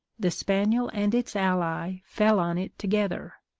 the spaniel and its ally fell on it together,